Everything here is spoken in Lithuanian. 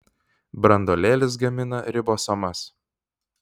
branduolėlis gamina ribosomas